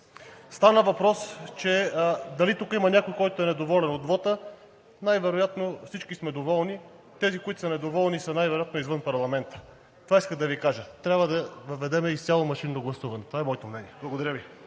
Стана въпрос дали тук има някой, който е недоволен от вота? Най-вероятно всички сме доволни. Тези, които са недоволни, са най-вероятно извън парламента. Това исках да Ви кажа. Трябва да въведем изцяло машинно гласуване. Това е моето мнение. Благодаря Ви.